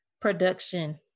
production